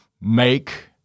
make